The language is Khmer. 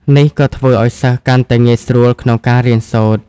នេះក៏ធ្វើឱ្យសិស្សកាន់តែងាយស្រួលក្នុងការរៀនសូត្រ។